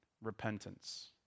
repentance